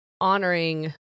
honoring